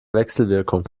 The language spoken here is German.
wechselwirkung